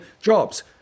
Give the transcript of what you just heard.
jobs